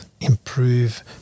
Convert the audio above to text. improve